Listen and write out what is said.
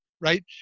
right